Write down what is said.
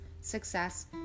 success